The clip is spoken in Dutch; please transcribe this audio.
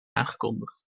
aangekondigd